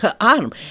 arm